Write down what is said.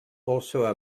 also